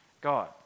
God